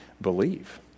believe